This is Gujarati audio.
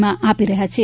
માં આપી રહ્યા છે